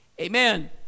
Amen